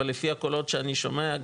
אבל לפי הקולות שאני שומע,